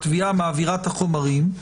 התביעה מעבירה את החומרים,